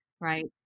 Right